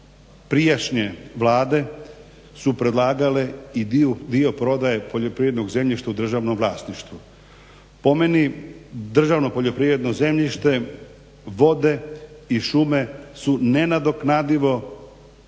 prijašnje vlade su predlagale i dio prodaje poljoprivrednog zemljišta u državnom vlasništvu. Po meni državno poljoprivredno zemljište, vode i šume su nenadoknadivo nacionalno